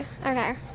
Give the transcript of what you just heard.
Okay